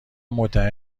مطمئن